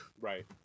Right